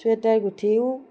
sweater গুঠিও